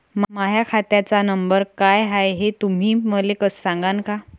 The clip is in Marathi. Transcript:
माह्या खात्याचा नंबर काय हाय हे तुम्ही मले सागांन का?